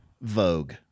vogue